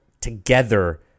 together